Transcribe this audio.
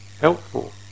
helpful